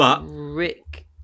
Rick